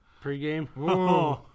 Pre-game